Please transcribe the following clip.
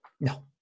No